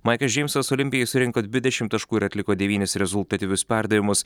maikas džeimsas olimpijai surinko dvidešim taškų ir atliko devynis rezultatyvius perdavimus